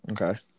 Okay